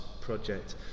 project